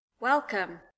Welcome